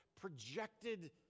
projected